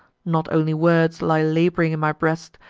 not only words lie lab'ring in my breast,